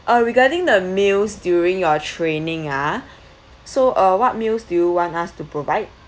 uh regarding the meals during your training a'ah so uh what meals do you want us to provide